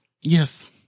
Yes